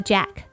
Jack